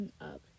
up